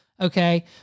okay